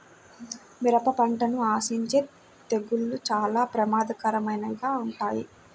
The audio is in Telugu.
మిరప పంటను ఆశించే తెగుళ్ళు చాలా ప్రమాదకరమైనవిగా ఉంటాయి